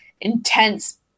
intense